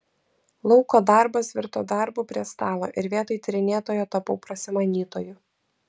lauko darbas virto darbu prie stalo ir vietoj tyrinėtojo tapau prasimanytoju